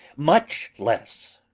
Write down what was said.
much less.